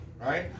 right